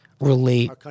relate